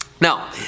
Now